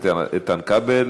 אין מתנגדים ואין נמנעים.